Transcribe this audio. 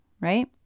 right